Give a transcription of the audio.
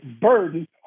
burden